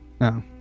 No